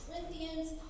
Corinthians